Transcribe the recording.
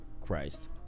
Christ